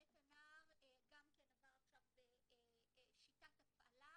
'בית הנער' גם כן עבר עכשיו שיטת הפעלה,